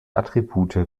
attribute